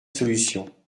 solution